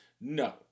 No